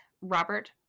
Robert